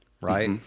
right